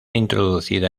introducida